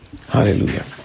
Hallelujah